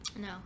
No